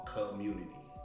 Community